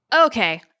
Okay